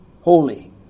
Holy